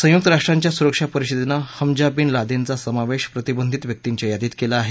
संयुक्त राष्ट्रांच्या सुरक्षा परिषदेनं हमजा बिन लादेनचा समावेश प्रतिबंधित व्यक्तींच्या यादीत केला आहे